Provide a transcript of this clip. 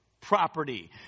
property